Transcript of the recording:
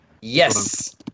Yes